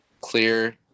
clear